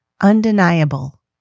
undeniable